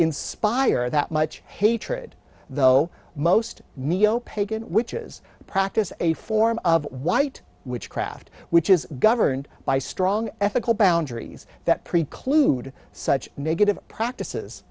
inspire that much hatred though most neopagan which is a practice a form of white witchcraft which is governed by strong ethical boundaries that preclude such negative practices